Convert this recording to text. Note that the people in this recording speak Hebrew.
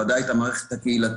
בוודאי את המערכת הקהילתית.